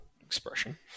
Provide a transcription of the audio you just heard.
expression